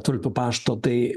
tulpių pašto tai